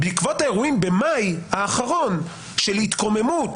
בעקבות האירועים במאי האחרון של התקוממות